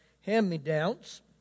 Hand-Me-Downs